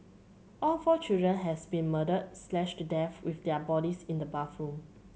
all four children has been murdered slashed to death with their bodies in the bathroom